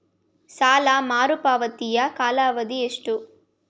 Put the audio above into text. ಸಾಲ ಮರುಪಾವತಿಯ ಕಾಲಾವಧಿ ಎಷ್ಟು?